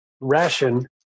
ration